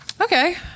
Okay